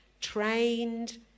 trained